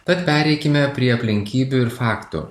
tad pereikime prie aplinkybių ir faktų